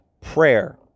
prayer